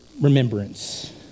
remembrance